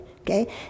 Okay